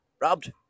robbed